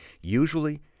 Usually